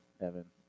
Evan